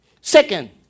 Second